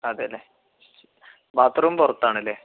അതെ അല്ലെ ബാത്രൂം പുറത്താണല്ലേ